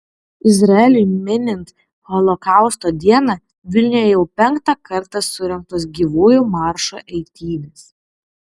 izraeliui minint holokausto dieną vilniuje jau penktą kartą surengtos gyvųjų maršo eitynės